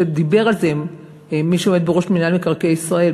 והוא דיבר על זה עם מי שעומד בראש מינהל מקרקעי ישראל,